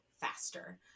faster